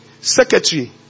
secretary